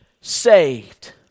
saved